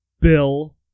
Bill